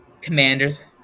Commanders